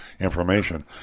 information